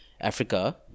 Africa